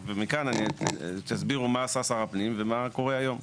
ומכאן תסבירו מה עשה שר הפנים ומה קורה היום.